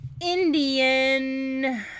Indian